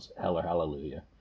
Hallelujah